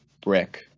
brick